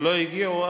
לא הגיעו.